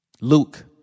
Luke